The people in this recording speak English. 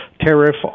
tariff